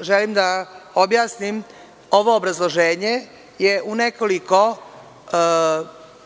Želim da objasnim, ovo obrazloženje je u nekoliko